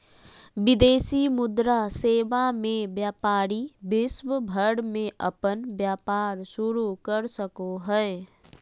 विदेशी मुद्रा सेवा मे व्यपारी विश्व भर मे अपन व्यपार शुरू कर सको हय